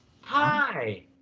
Hi